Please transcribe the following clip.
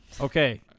Okay